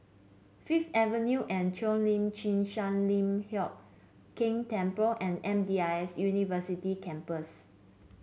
Fifth Avenue Cheo Lim Chin Sun Lian Hup Keng Temple and M D I S University Campus